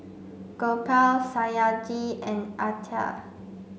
Gopal Satyajit and Atal